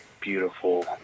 beautiful